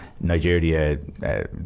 Nigeria